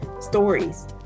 stories